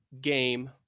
game